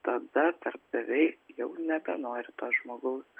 tada darbdaviai jau nebenori to žmogaus